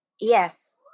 Yes